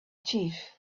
chief